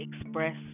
express